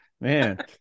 man